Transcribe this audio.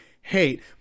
hate